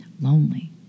lonely